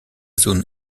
zone